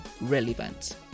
relevant